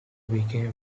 became